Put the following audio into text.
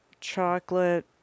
chocolate